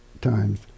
times